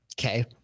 Okay